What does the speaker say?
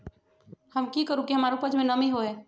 हम की करू की हमार उपज में नमी होए?